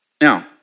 Now